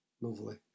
Lovely